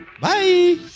Bye